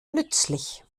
nützlich